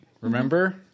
remember